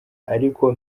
ariko